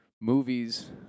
movies